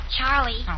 Charlie